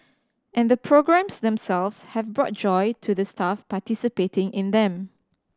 and the programmes themselves have brought joy to the staff participating in them